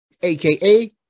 AKA